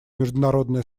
международное